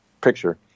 picture